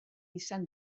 izan